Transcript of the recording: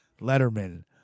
Letterman